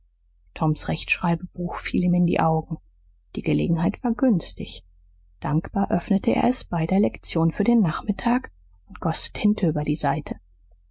toms rechtschreibebuch fiel ihm in die augen die gelegenheit war günstig dankbar öffnete er es bei der lektion für den nachmittag und goß tinte über die seite